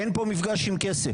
אין פה מפגש עם כסף.